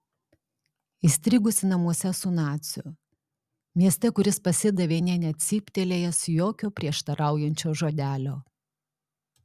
įstrigusi namuose su naciu mieste kuris pasidavė nė necyptelėjęs jokio prieštaraujančio žodelio